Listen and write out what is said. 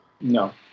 No